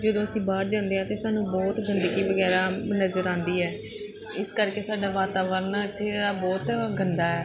ਜਦੋਂ ਅਸੀਂ ਬਾਹਰ ਜਾਂਦੇ ਹਾਂ ਅਤੇ ਸਾਨੂੰ ਬਹੁਤ ਗੰਦਗੀ ਵਗੈਰਾ ਨਜ਼ਰ ਆਉਂਦੀ ਹੈ ਇਸ ਕਰਕੇ ਸਾਡਾ ਵਾਤਾਵਰਨ ਇੱਥੇ ਦਾ ਬਹੁਤ ਗੰਦਾ ਹੈ